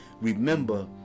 Remember